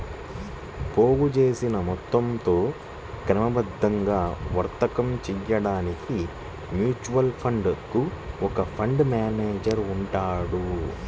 పోగుచేసిన మొత్తంతో క్రమబద్ధంగా వర్తకం చేయడానికి మ్యూచువల్ ఫండ్ కు ఒక ఫండ్ మేనేజర్ ఉంటారు